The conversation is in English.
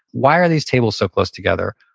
why are these tables so close together?